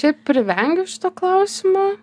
šiaip privengiu šito klausimo